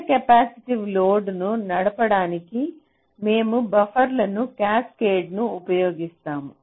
పెద్ద కెపాసిటివ్ లోడ్ను నడపడానికి మేము బఫర్ల క్యాస్కేడ్ను ఉపయోగిస్తాము